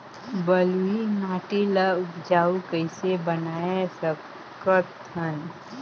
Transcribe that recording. बलुही माटी ल उपजाऊ कइसे बनाय सकत हन?